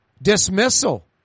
Dismissal